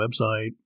website